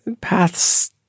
Paths